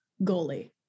goalie